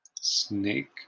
Snake